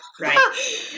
Right